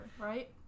right